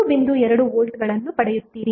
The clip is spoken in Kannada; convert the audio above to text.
2 ವೋಲ್ಟ್ಗಳನ್ನು ಪಡೆಯುತ್ತೀರಿ